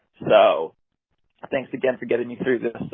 so thanks again for getting me through this